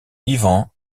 yvan